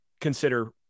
consider